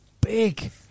big